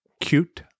cute